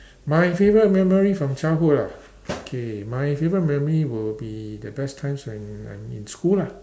my favourite memory from childhood ah okay my favourite memory will be the best times when I'm in school lah